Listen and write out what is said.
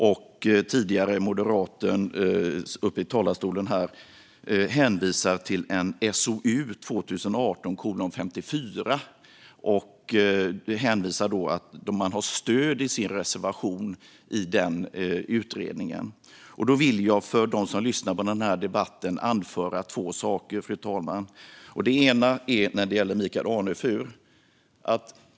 Och den moderata ledamoten hänvisade tidigare i talarstolen till SOU 2018:54 och anför att man har stöd i denna utredning för sin reservation. För dem som lyssnar på denna debatt vill jag anföra två saker, fru talman. Det ena gäller Michael Anefur.